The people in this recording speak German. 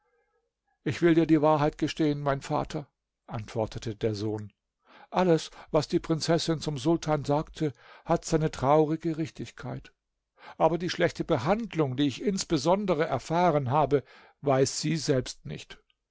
ich will dir die wahrheit gestehen mein vater antwortete der sohn alles was die prinzessin zum sultan sagte hat seine traurige richtigkeit aber die schlechte behandlung die ich insbesondere erfahren habe weiß sie selbst nicht